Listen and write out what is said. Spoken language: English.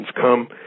come